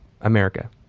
America